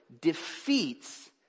defeats